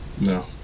No